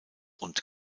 und